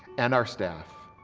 and our staff.